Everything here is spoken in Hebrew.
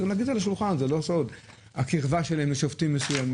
צריך לשים את זה על השולחן זה לא סוד - הקרבה שלהם לשופטים מסוימים,